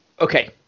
okay